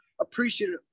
appreciative